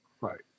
Right